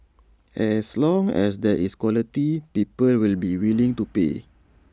as long as there is quality people will be willing to pay